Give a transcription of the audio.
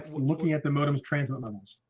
looking at the modems transmit levels,